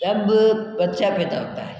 जब बच्चा पैदा होता है